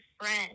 friend